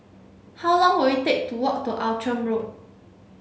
how long will it take to walk to Outram Road